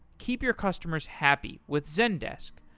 keep your customers happy with zendesk.